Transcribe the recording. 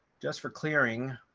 just for clearing,